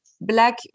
black